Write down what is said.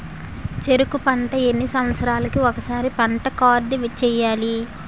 చెరుకు పంట ఎన్ని సంవత్సరాలకి ఒక్కసారి పంట కార్డ్ చెయ్యాలి?